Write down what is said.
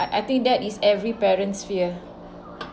I think that is every parent's fear